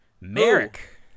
Merrick